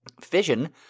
fission